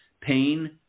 pain